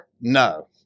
No